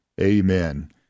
Amen